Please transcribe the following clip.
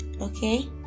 Okay